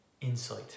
insight